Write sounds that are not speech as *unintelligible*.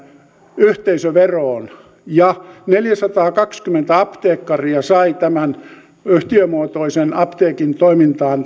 yhteisöveroon ja neljäsataakaksikymmentä apteekkaria sai tämän hyödyn yhtiömuotoisen apteekin toimintaan *unintelligible*